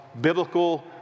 biblical